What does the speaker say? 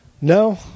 No